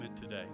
today